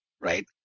right